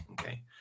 okay